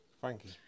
Frankie